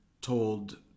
told